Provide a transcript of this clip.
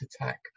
attack